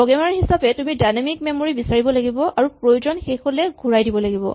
programmer হিচাপে তুমি dynamic memory বিচাৰিব লাগিব আৰু প্ৰয়োজন শেষ হ'লে ঘূৰাই দিব লাগিব